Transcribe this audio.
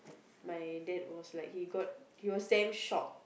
my dad was like he got he was damn shocked